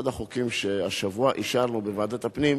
ואחד החוקים שהשבוע אישרנו בוועדת הפנים